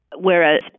Whereas